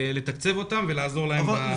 צריך לתקצב אותן ולעזור להן בעניין הזה.